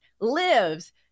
lives